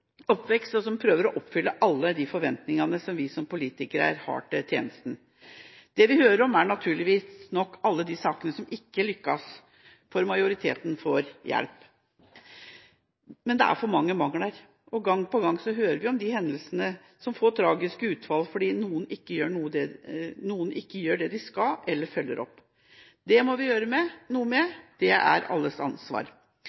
oppvekst, og som prøver å oppfylle alle de forventningene vi som politikere har til tjenesten. Det vi hører om, er naturlig nok alle de sakene som ikke lykkes, for majoriteten får hjelp. Men det er for mange mangler. Gang på gang hører vi om de hendelsene som får tragiske utfall fordi noen ikke gjør det de skal, eller følger opp. Det må vi gjøre noe med,